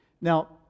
Now